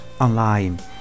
online